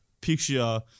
picture